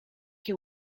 che